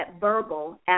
verbal